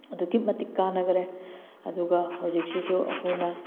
ꯑꯗꯨꯛꯀꯤ ꯃꯇꯤꯛ ꯀꯥꯟꯅꯈꯔꯦ ꯑꯗꯨꯒ ꯍꯧꯖꯤꯛꯁꯤꯁꯨ ꯑꯩꯈꯣꯏꯅ